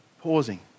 Pausing